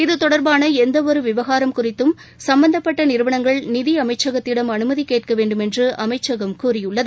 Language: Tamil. இது தொடர்பான எந்த ஒரு விவகாரம் குறித்தும் சம்பந்தப்பட்ட நிறுவனங்கள் நிதி அமைச்சகத்திடம் அனுமதி கேட்க வேண்டுமென்று அமைச்சகம் கூறியுள்ளது